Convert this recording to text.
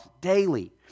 daily